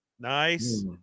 Nice